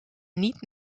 niet